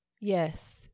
Yes